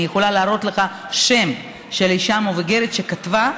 אני יכולה להראות לך שם של אישה מבוגרת שכתבה: